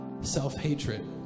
self-hatred